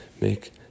make